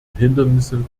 hindernisse